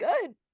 good